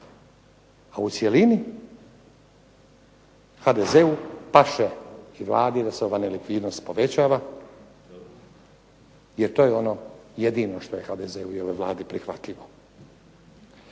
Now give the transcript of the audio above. a u cjelini HDZ-u paše i Vladi da se ova nelikvidnost povećava jer to je ono jedino što je HDZ-ovoj Vladi prihvatljivo.